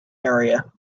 area